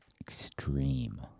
Extreme